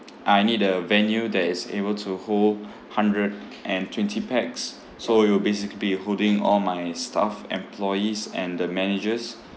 I need a venue that is able to hold hundred and twenty pax so it will basically be uh holding all my staff employees and the managers